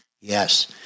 Yes